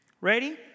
Ready